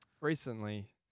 Recently